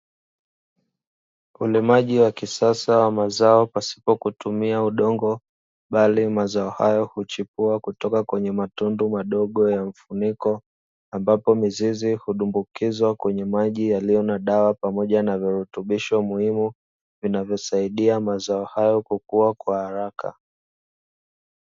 Ulimaji wa kisasa wa mazao pasipo kutumia udongo, bali mazao hayo huchipua kutoka katika matundu madogo ya mfuniko, ambapo mizizi hudumbukizwa kwenye maji yaliyo na dawa pamoja na virutubisho muhimu, vinavyosaidia mazao hayo kukua kwa haraka.